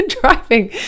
driving